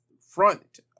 front